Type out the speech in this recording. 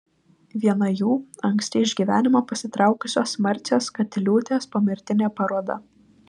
viena jų anksti iš gyvenimo pasitraukusios marcės katiliūtės pomirtinė paroda